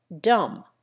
dumb